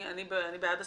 אני בעד הסעיף,